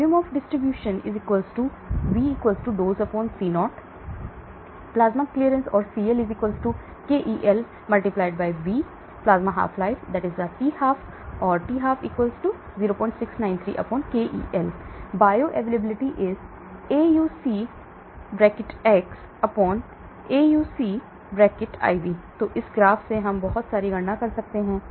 Volume of distribution V DOSE Co Plasma clearance Cl Kel V plasma half life t12 or t12 0693 Kel Bioavailability x iv तो इस graph से हम बहुत सारी गणना कर सकते हैं